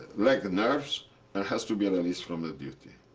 leg nerves and has to be released from the duty.